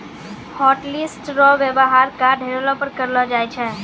hotlist रो वेवहार card हेरैला पर करलो जाय छै